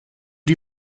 die